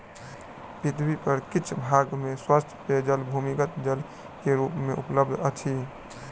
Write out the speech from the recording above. पृथ्वी पर किछ भाग में स्वच्छ पेयजल भूमिगत जल के रूप मे उपलब्ध अछि